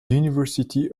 university